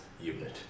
unit